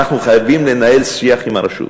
אנחנו חייבים לנהל שיח עם הרשות,